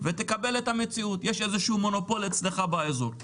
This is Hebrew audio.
קבל את המציאות שיש איזשהו מונופול אצלך באזור.